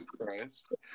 Christ